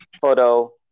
photo